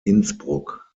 innsbruck